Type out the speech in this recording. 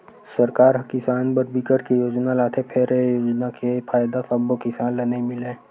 सरकार ह किसान बर बिकट के योजना लाथे फेर ए योजना के फायदा सब्बो किसान ल नइ मिलय